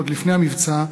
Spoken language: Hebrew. עוד לפני המבצע,